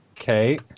Okay